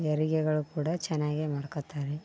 ಹೆರಿಗೆಗಳು ಕೂಡ ಚೆನ್ನಾಗೆ ಮಾಡ್ಕೋತಾರೆ